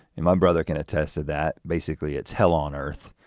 and my brother can attest to that, basically it's hell on earth.